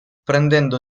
prendendo